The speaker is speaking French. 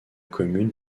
commune